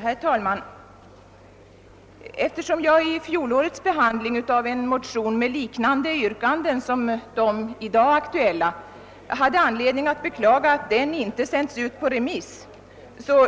Herr talman! Eftersom jag vid fjolårets behandling av en motion med liknande yrkanden som de i dag aktuella hade anledning att beklaga att den inte sänts ut på remiss,